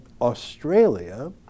Australia